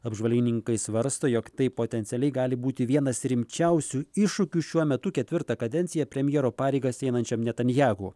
apžvalgininkai svarsto jog tai potencialiai gali būti vienas rimčiausių iššūkių šiuo metu ketvirtą kadenciją premjero pareigas einančiam netanijahu